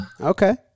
Okay